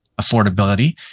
affordability